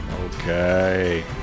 Okay